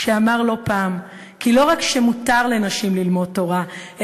כשאמר לא פעם כי לא רק שמותר לנשים ללמוד תורה,